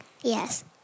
Yes